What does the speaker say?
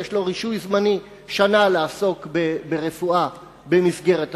יש לו רישוי זמני לשנה לעסוק ברפואה במסגרת הסטאז',